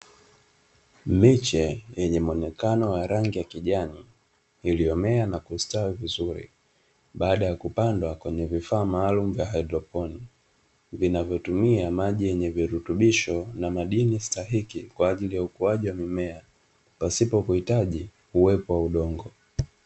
Miche yenye mwonekano wa rangi ya kijani iliyomea na kustawi vizuri baada ya kupandwa kwenye vifaa maalumu vya haidroponi vinavyotumia maji yenye virutubisho na madini stahiki kwa ajili ya ukuaji wa mimea pasipo kuhitaji uwepo wa udongo.